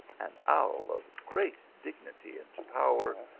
an owl of great dignity and power,